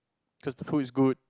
cause the food is good